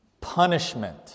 punishment